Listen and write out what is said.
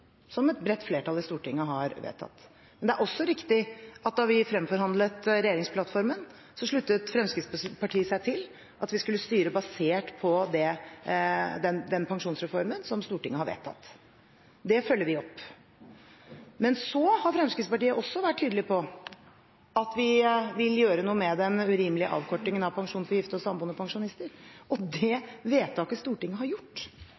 som et bredt flertall i Stortinget har vedtatt. Men det er også riktig at da vi fremforhandlet regjeringsplattformen, sluttet Fremskrittspartiet seg til at vi skulle styre basert på den pensjonsreformen som Stortinget har vedtatt. Det følger vi opp. Men så har Fremskrittspartiet også vært tydelig på at vi vil gjøre noe med den urimelige avkortingen av pensjonen for gifte og samboende pensjonister, og det vedtaket Stortinget har gjort,